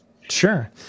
Sure